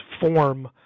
form